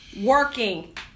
working